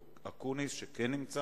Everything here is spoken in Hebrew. מי תמך